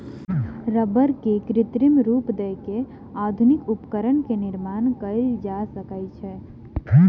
रबड़ के कृत्रिम रूप दय के आधुनिक उपकरण के निर्माण कयल जा सकै छै